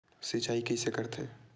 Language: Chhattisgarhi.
सिंचाई कइसे करथे?